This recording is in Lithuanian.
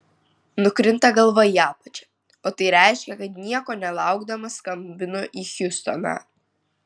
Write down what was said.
nukrinta galva į apačią o tai reiškia kad nieko nelaukdamas skambinu į hjustoną